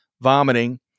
vomiting